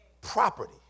property